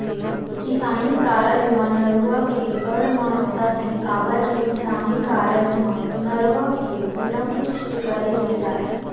किसानी कारज म नरूवा के बड़ महत्ता हे, काबर के किसानी कारज म नरवा के बिना कुछ करे नइ जाय